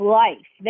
life